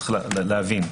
צריך להבין את זה.